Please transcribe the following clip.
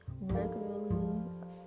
regularly